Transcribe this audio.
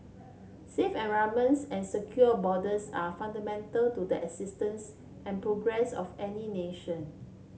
safe environments and secure borders are fundamental to the existence and progress of any nation